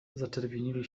zaczerwienili